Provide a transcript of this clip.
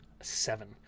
Seven